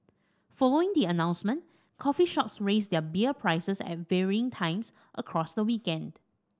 following the announcement coffee shops raised their beer prices at varying times across the weekend